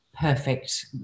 perfect